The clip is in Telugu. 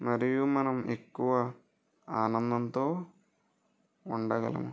మరియు మనం ఎక్కువ ఆనందంతో ఉండగలం